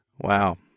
Wow